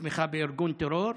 בתמיכה בארגון טרור,